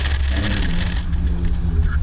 so i had to learn to be able to.